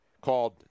called